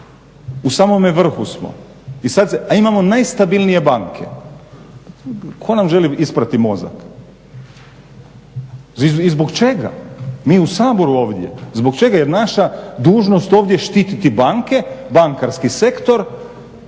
u samome vrhu smo. A imamo najstabilnije banke. Tko nam želi isprati mozak? I zbog čega? Mi u Saboru ovdje, zbog čega? Jer naša dužnost je ovdje štititi banke, bankarski sektor,